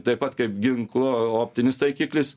taip pat kaip ginklo optinis taikiklis